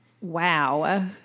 Wow